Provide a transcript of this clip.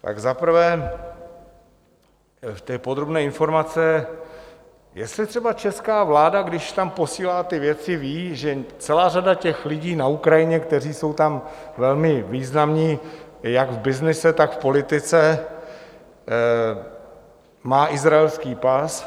Tak za prvé v podrobné informaci, jestli třeba česká vláda, když tam posílá ty věci, ví, že celá řada těch lidí na Ukrajině, kteří jsou tam velmi významní jak v byznyse, tak v politice, má izraelský pas?